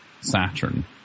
Saturn